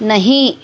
نہیں